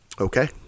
Okay